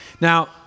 Now